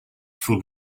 for